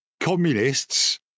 communists